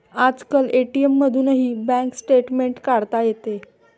आजकाल ए.टी.एम मधूनही bank statement काढता येते